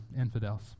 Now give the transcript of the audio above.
infidels